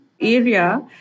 area